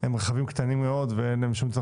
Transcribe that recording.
לפעמים הוא רכב קטן מאוד ואין לו צורך